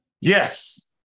Yes